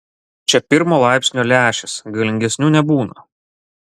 čia pirmo laipsnio lęšis galingesnių nebūna